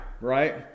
right